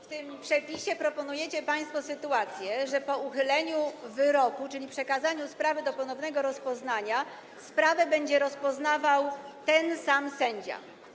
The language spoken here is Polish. W tym przepisie proponujecie państwo sytuację, w której po uchyleniu wyroku, czyli przekazaniu sprawy do ponownego rozpoznania, sprawę będzie rozpoznawał ten sam sędzia.